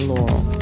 Laurel